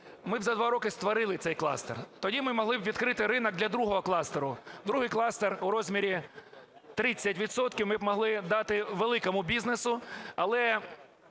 ми б за 2 роки створили цей кластер, тоді б ми могли відкрити ринок для другого кластеру. Другий кластер у розмірі 30 відсотків ми б могли дати великому бізнесу. Але